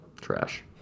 trash